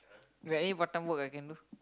you got any part time work I can do